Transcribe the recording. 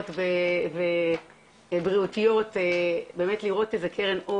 התקשרה אלי אימא והאוזניים פשוט נשרפו לי כששמעתי עד כמה היא